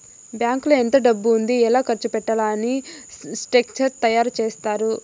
బ్యాంకులో ఎంత డబ్బు ఉంది ఎలా ఖర్చు పెట్టాలి అని స్ట్రక్చర్ తయారు చేత్తారు